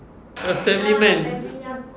a family man